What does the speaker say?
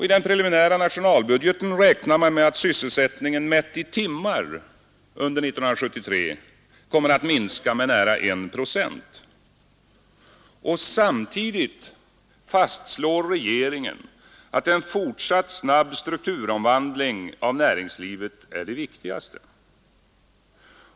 I den preliminära nationalbudgeten räknar man med att sysselsättningen mätt i timmar under 1973 kommer att minska med nära 1 procent. Samtidigt fastslår regeringen att en fortsatt snabb strukturomvandling av näringslivet är det viktigaste.